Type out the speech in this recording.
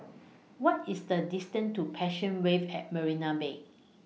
What IS The distance to Passion Wave At Marina Bay